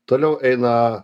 toliau eina